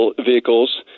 vehicles